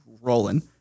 rolling